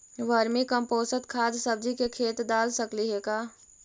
Vermi compost खाद सब्जी के खेत दाल सकली हे का?